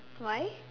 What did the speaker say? why